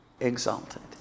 Exalted